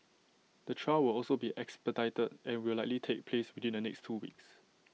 the trial will also be expedited and will likely take place within the next two weeks